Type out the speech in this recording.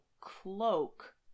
cloak